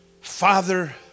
Father